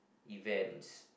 events